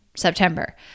september